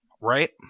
right